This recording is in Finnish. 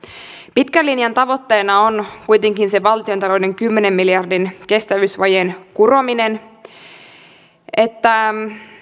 pitkän linjan tavoitteena on kuitenkin se valtiontalouden kymmenen miljardin kestävyysvajeen kurominen niin että